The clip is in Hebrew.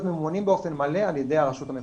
ממומנים באופן מלא על ידי הרשות המקומית.